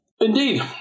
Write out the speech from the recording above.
Indeed